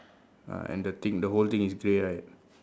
uh and the thing the whole thing is grey right